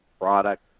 product